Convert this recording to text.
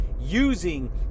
Using